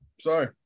Sorry